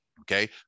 Okay